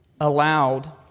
allowed